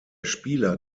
spieler